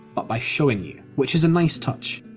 but by showing you, which is a nice touch.